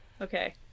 Okay